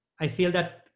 i feel that,